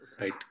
right